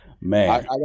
Man